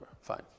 fine